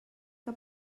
que